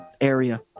area